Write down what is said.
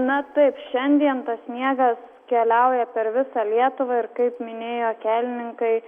na taip šiandien tas sniegas keliauja per visą lietuvą ir kaip minėjo kelininkai